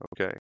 okay